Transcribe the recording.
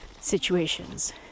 situations